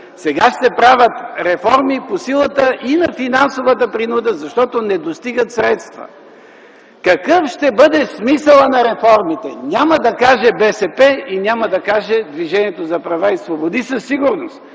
Сега ще правят реформи и по силата на финансовата принуда, защото не достигат средства. Какъв ще бъде смисълът на реформите? Няма да каже БСП и няма да каже Движението за права и свободи със сигурност,